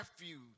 refuge